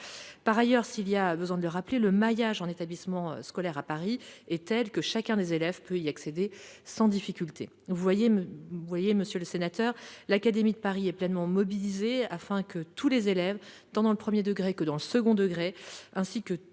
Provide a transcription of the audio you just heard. Par ailleurs, s'il y avait besoin de le rappeler, le maillage en établissements scolaires de la capitale est tel que chacun des élèves peut y accéder sans difficulté. Vous le voyez, monsieur le sénateur, l'académie de Paris est pleinement mobilisée afin que tous les élèves, tant dans le premier degré que dans le second, et tous les